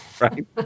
right